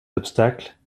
obstacles